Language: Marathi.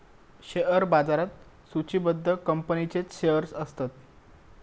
शेअर बाजारात सुचिबद्ध कंपनींचेच शेअर्स असतत